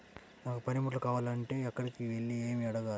నాకు పనిముట్లు కావాలి అంటే ఎక్కడికి వెళ్లి ఎవరిని ఏమి అడగాలి?